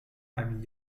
einem